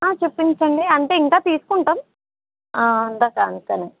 చూపించండి అంటే ఇంకా తీసుకుంటాము